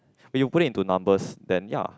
you put it into numbers then ya